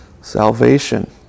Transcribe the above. salvation